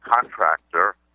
contractor